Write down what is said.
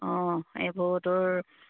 অঁ এইবোৰ তোৰ